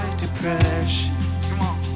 depression